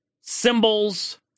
symbols